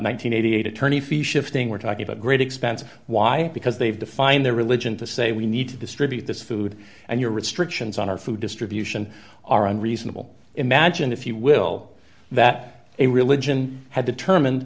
hundred eighty eight dollars attorney fee shifting we're talking about great expense why because they've defined their religion to say we need to distribute this food and your restrictions on our food distribution are unreasonable imagine if you will that a religion had determined